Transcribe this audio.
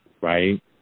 right